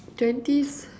twenty